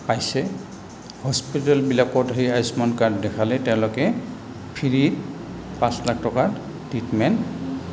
পাইছে হস্পিটেলবিলাকত সেই আয়ুষ্মান কাৰ্ড দেখালে তেওঁলোকে ফ্ৰী পাঁচ লাখ টকাত ট্ৰিটমেণ্ট